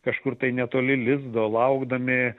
kažkur tai netoli lizdo laukdami